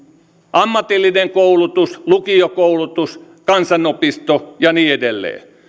ammatillinen koulutus lukiokoulutus kansanopisto ja niin edelleen